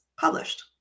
published